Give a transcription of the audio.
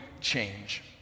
change